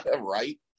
Right